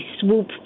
swoop